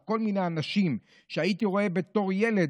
על כל מיני אנשים שהייתי רואה בתור ילד,